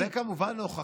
לא.